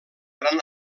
gran